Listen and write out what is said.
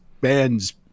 bands